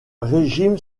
régime